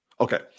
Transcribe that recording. Okay